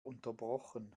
unterbrochen